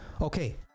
Okay